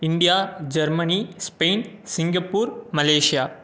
India Germany Spain Singapore Malaysia